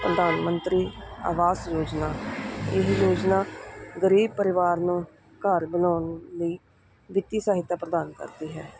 ਪ੍ਰਧਾਨ ਮੰਤਰੀ ਆਵਾਸ ਯੋਜਨਾ ਇਹ ਯੋਜਨਾ ਗਰੀਬ ਪਰਿਵਾਰ ਨੂੰ ਘਰ ਬਣਾਉਣ ਲਈ ਵਿੱਤੀ ਸਹਾਇਤਾ ਪ੍ਰਦਾਨ ਕਰਦੀ ਹੈ